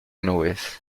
nubes